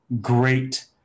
great